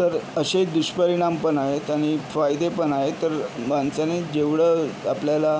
तर असे दुष्परिणाम पण आहेत आणि फायदे पण आहे तर माणसाने जेवढं आपल्याला